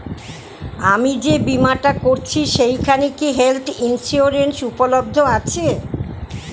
আমি যে বীমাটা করছি সেইখানে কি হেল্থ ইন্সুরেন্স উপলব্ধ আছে?